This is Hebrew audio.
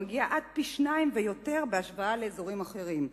המגיעה עד פי-שניים ויותר בהשוואה לאזורים אחרים.